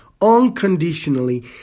unconditionally